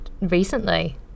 recently